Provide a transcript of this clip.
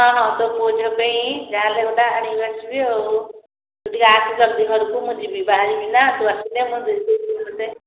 ହଁ ତୋ ପୁଅ ଝିଅ ପାଇଁ ଯାହା ହେଲେ ଗୋଟିଏ ଆଣିବି ଆସିବି ଆଉ ତୁ ଟିକେ ଆସେ ଜଲ୍ଦି ଘରୁକୁ ମୁଁ ଯିବି ବାହାରିବି ନା ତୁ ଆସିଲେ ମୁଁ ଯିବି